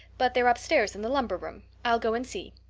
but they're upstairs in the lumber room. i'll go and see.